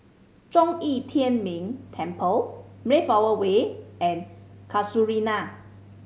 Zhong Yi Tian Ming Temple Mayflower Way and Casuarina